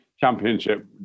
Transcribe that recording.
Championship